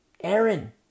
Aaron